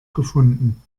gefunden